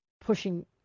pushing